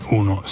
uno